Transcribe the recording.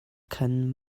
khan